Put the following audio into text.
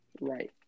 Right